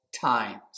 times